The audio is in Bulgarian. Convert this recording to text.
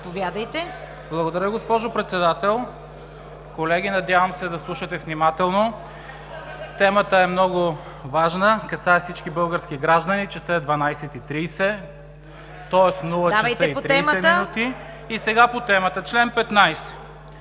Благодаря, госпожо Председател. Колеги, надявам се да слушате внимателно. Темата е много важна. Касае всички български граждани. Часът е 12,30, тоест нула и 30 часа. А сега по темата. Член 15.